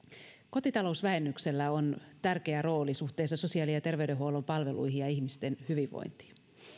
kotitalousvähennyksellä on tärkeä rooli suhteessa sosiaali ja terveydenhuollon palveluihin ja ihmisten hyvinvointiin